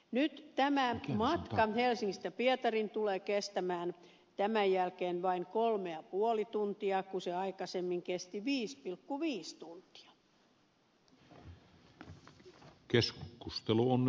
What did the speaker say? nyt tämä matka helsingistä pietariin tulee kestämään tämän jälkeen vain kolme ja puoli tuntia kun se aikaisemmin kesti viisi ja puoli tuntia